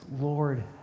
Lord